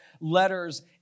letters